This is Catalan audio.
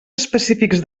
específics